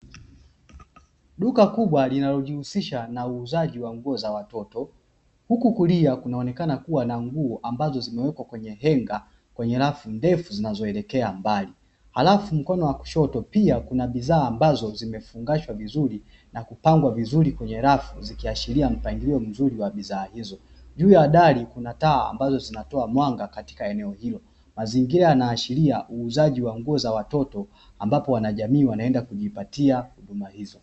Duka kubwa linalojihusisha na uuzaji wa nguo za watoto, huku kulia kunaonekana kuwa na nguo ambazo zimewekwa kwenye henga kwenye rafu ndefu zinazoelekea mbali, halafu mkono wa kushoto pia kuna bidhaa ambazo zimefungashwa vizuri na kupangwa vizuri kwenye rafu, zikiashiria mpangilio mzuri wa bidhaa hizo. Juu ya dari kuna taa ambazo zinatoa mwanga katika eneo hilo. Mazingira yanaashiria uuzaji wa nguo za watoto, ambapo wanajamii wanaenda kujipatia huduma hizo.